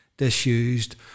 Disused